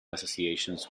associations